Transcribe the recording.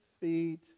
feet